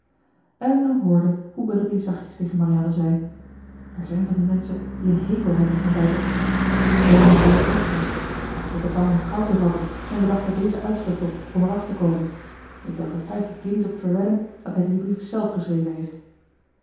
elinor hoorde hoe willoughby zachtjes tegen marianne zei er zijn van die menschen die een hekel hebben aan buitenpartijen brandon behoort er ook toe hij was zeker bang om kou te vatten en bedacht er deze uitvlucht op om eraf te komen ik durf er vijftig guinea's op verwedden dat hij dien brief zelf geschreven heeft